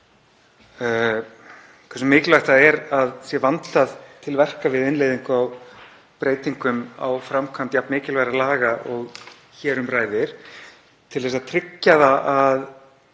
hversu mikilvægt er að það sé vandað til verka við innleiðingu á breytingum á framkvæmd jafn mikilvægra laga og hér um ræðir til þess að tryggja það að